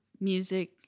music